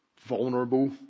vulnerable